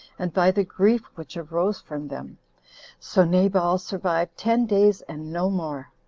and by that grief which arose from them so nabal survived ten days, and no more,